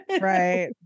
Right